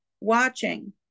watching